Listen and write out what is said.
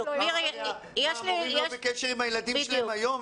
מה, המורים לא בקשר עם הילדים שלהם היום?